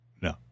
no